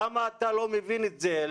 למה אתה לא מבין את זה?